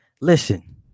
listen